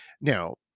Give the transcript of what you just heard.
Now